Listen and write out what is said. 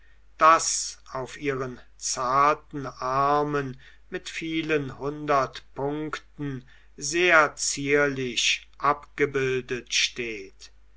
das auf ihren zarten armen mit vielen hundert punkten sehr zierlich abgebildet steht